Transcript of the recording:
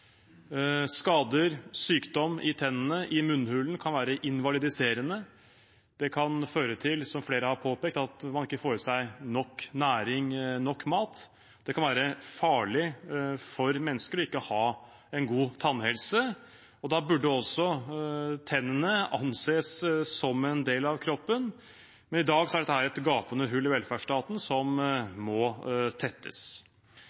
Skader og sykdom i tennene og i munnhulen kan være invalidiserende. Det kan, som flere har påpekt, føre til at man ikke får i seg nok næring og nok mat. Det kan være farlig for mennesker å ikke ha en god tannhelse, og da burde også tennene anses som en del av kroppen. I dag er dette et gapende hull i velferdsstaten, som må tettes.